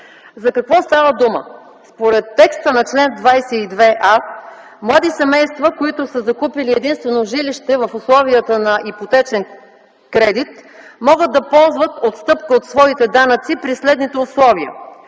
За какво става дума? Според текста на чл. 22а млади семейства, които са закупили единствено жилище в условията на ипотечен кредит, могат да ползват отстъпка от своите данъци при следните условия: